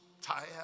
tired